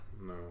No